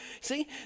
See